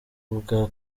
bwo